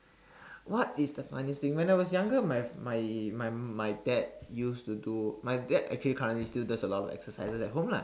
what is the funniest thing when I was younger my my my my dad used to do my dad actually currently still does a lot of exercises at home lah